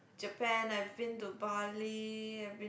Japan I've been to Bali I've been